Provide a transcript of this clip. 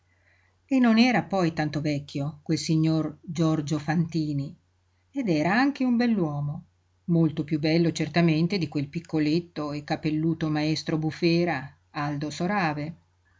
e non era poi tanto vecchio quel signor giorgio fantini ed era anche un bell'uomo molto piú bello certamente di quel piccoletto e capelluto maestro-bufera aldo sorave